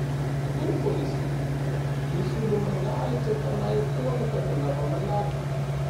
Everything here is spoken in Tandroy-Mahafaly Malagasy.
Akory polisy! Misy olo mangalatse atana etoagne fa tongava malaky!